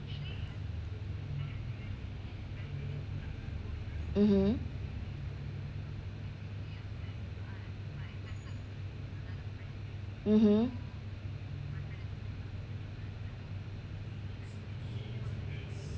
mmhmm mmhmm